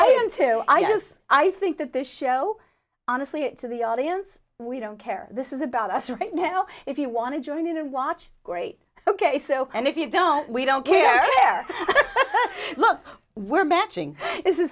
i am too i just i think that this show honestly it to the audience we don't care this is about us right now if you want to join in and watch great ok so and if you don't we don't care look we're matching this is